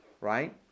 right